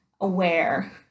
aware